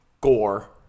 Gore